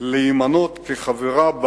להימנות כחברה ב-OECD.